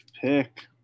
pick